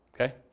Okay